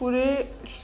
पूरे